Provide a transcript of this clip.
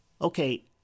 Okay